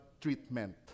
treatment